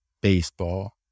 baseball